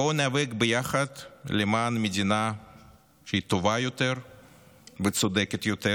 בואו ניאבק ביחד למען מדינה שהיא טובה יותר וצודקת יותר,